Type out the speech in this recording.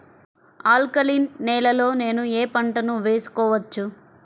Alkaline నేలలో నేనూ ఏ పంటను వేసుకోవచ్చు?